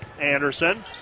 Anderson